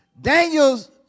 Daniel's